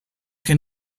can